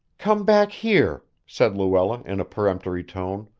come back here, said luella in a peremptory tone.